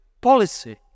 policy